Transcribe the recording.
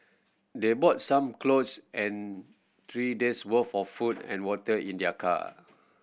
they bought some clothes and three days' worth of food and water in their car